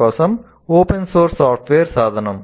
కోసం open source software సాధనం